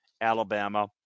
Alabama